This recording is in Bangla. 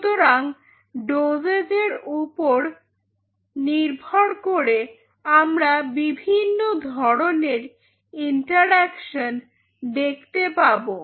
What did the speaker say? সুতরাং ডোসেজ এর উপর নির্ভর করে আমরা বিভিন্ন ধরনের ইন্টারঅ্যাকশন দেখতে পাবো